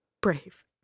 Brave